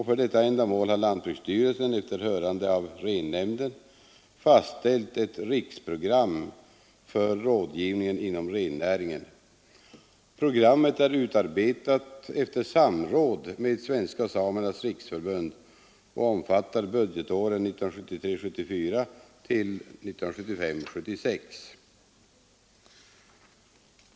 För detta ändamål har lantbruksstyrelsen, efter rennämndens hörande, fastställt ett riksprogram för rådgivning inom rennäringen. Programmet är utarbetat efter samråd med Svenska samernas riksförbund och omfattar budgetåren 1973 76.